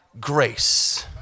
grace